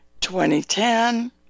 2010